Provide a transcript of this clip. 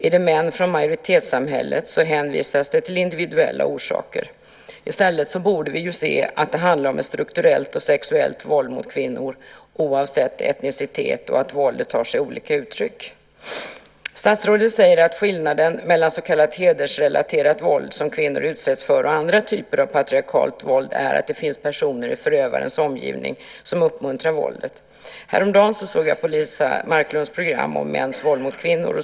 Är det män från majoritetssamhället så hänvisas det till individuella orsaker. I stället borde vi ju se att det handlar om ett strukturellt och sexuellt våld mot kvinnor oavsett etnicitet och att våldet tar sig olika uttryck. Statsrådet säger att skillnaden mellan så kallat hedersrelaterat våld som kvinnor utsätts för och andra typer av patriarkalt våld är att det finns personer i förövarens omgivning som uppmuntrar våldet. Häromdagen såg jag på Liza Marklunds program om mäns våld mot kvinnor.